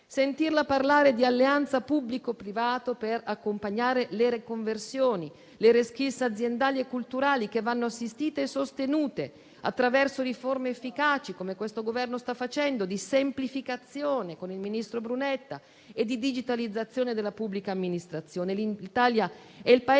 sentirla parlare di alleanza pubblico-privato per accompagnare le riconversioni, le *reskill* aziendali e culturali che vanno assistite e sostenute, attraverso riforme efficaci, come questo Governo sta facendo, di semplificazione, con il ministro Brunetta, e di digitalizzazione della pubblica amministrazione.